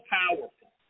powerful